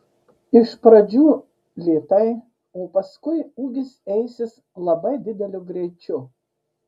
iš pradžių lėtai o paskui ūgis eisis labai dideliu greičiu